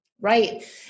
Right